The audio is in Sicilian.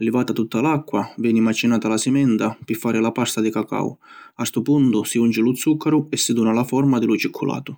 Livata tutta l’acqua, veni macinata la simenta pi fari la pasta di cacau. A ‘stu puntu si junci lu zuccaru e si duna la forma di lu cicculatu.